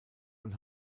und